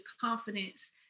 confidence